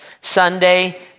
Sunday